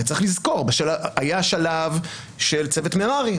הרי צריך לזכור שהיה שלב של צוות מררי,